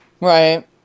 Right